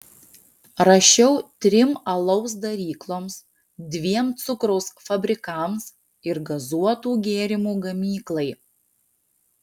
rašiau trim alaus darykloms dviem cukraus fabrikams ir gazuotų gėrimų gamyklai